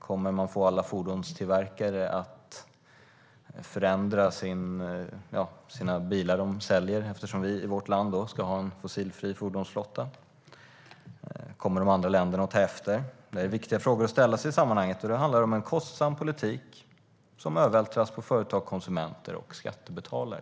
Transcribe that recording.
Kommer alla fordonstillverkare att förändra de bilar som de säljer för att vi i vårt land ska ha en fossilfri fordonsflotta? Kommer de andra länderna att ta efter? Det är viktiga frågor att ställa sig i sammanhanget. Det handlar om en kostsam politik som övervältras på företag, konsumenter och skattebetalare.